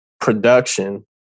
production